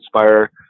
inspire